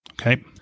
Okay